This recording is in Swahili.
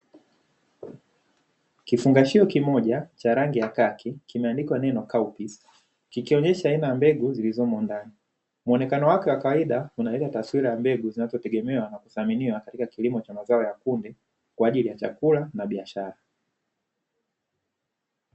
Kifungachuo kimoja cha rangi ya kaki, kikionyesha aina ya mbegu zilizomo ndani muonekano wake wa kawaida kuna ile taswira ya mbegu zinazotegemea na kuthaminiwa katika kilimo cha mazao ya kunde kwa ajili ya chakula na biashara.